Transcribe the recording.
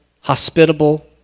hospitable